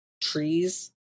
trees